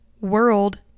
world